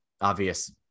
obvious